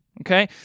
okay